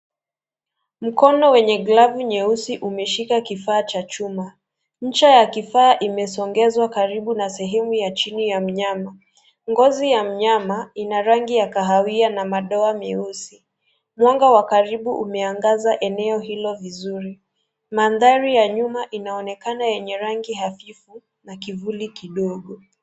Mkono wenye gluvo nyeusi umeshika kifaa cha chuma. Ncha ya kifaa imesongezwa karibu na sehemu ya chini ya mnyama. Ngozi ya mnyama ina rangi ya kahawia na madoa meusi. Mwanga wa karibu umeangaza eneo hilo vizuri. Mandhari ya nyuma inaonekana yenye rangi hafifu na kivuli kidogo.